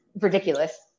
ridiculous